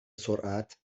سرعت